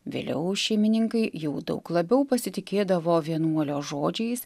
vėliau šeimininkai jau daug labiau pasitikėdavo vienuolio žodžiais